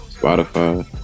Spotify